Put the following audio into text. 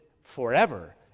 forever